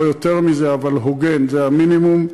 לא יותר מזה, אבל הוגן זה המינימום.